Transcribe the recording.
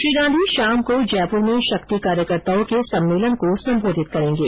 श्री गांधी शाम को जयपुर में शक्ति कार्यकर्ताओं के सम्मेलन को संबोधित करेंगे